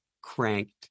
cranked